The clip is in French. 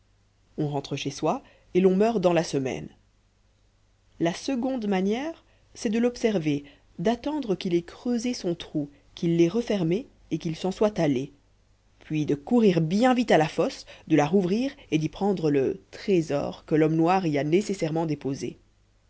on rentre chez soi et l'on meurt dans la semaine la seconde manière c'est de l'observer d'attendre qu'il ait creusé son trou qu'il l'ait refermé et qu'il s'en soit allé puis de courir bien vite à la fosse de la rouvrir et d'y prendre le trésor que l'homme noir y a nécessairement déposé